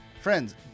friends